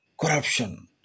Corruption